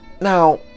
Now